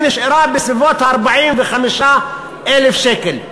היא נשארה בסביבות 45,000 שקל.